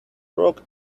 brought